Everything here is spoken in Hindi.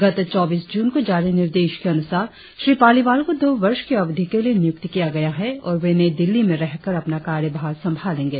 गत चौबीस जून को जारी निर्देश के अनुसार श्री पालिवाल को दो वर्ष की अवधि के लिए नियुक्त किया गया है और वे नई दिल्ली में रहकर अपना कार्यभार संभालेंगे